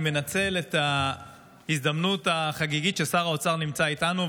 אני מנצל את ההזדמנות החגיגית ששר האוצר נמצא איתנו,